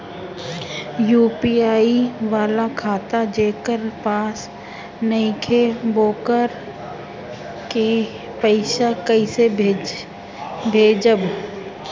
UPI वाला खाता जेकरा पास नईखे वोकरा के पईसा कैसे भेजब?